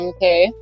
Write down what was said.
Okay